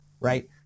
right